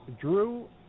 Drew